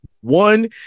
one